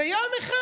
ויום אחד,